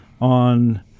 on